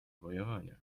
wojowania